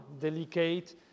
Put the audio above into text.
delicate